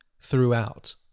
throughout